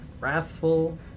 wrathful